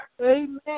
Amen